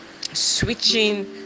switching